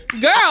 Girl